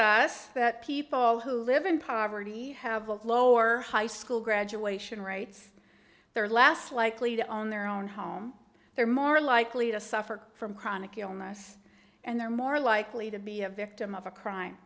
us that people who live in poverty have a lower high school graduation rates their last likely to own their own home they're more likely to suffer from chronic illness and they're more likely to be a victim of a crime